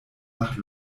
nach